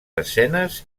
escenes